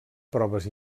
proves